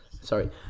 Sorry